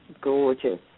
Gorgeous